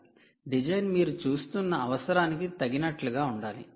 design మీరు చూస్తున్న అవసరానికి తగినట్లుగా ఉండాలి